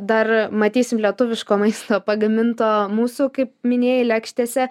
dar matysim lietuviško maisto pagaminto mūsų kaip minėjai lėkštėse